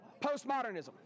postmodernism